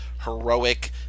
heroic